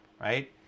right